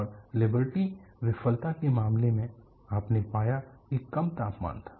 और लिबर्टी विफलता के मामले में आपने पाया कि कम तापमान था